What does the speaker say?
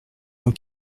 dans